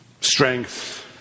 strength